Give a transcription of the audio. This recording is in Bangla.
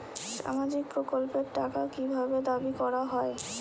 সামাজিক প্রকল্পের টাকা কি ভাবে দাবি করা হয়?